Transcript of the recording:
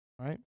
Right